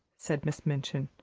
said miss minchin.